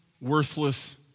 worthless